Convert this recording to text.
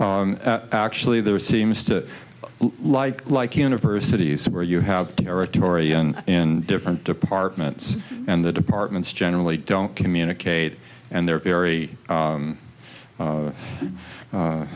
it actually there seems to like like universities where you have territory and in different departments and the departments generally don't communicate and they're very